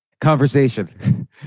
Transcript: conversation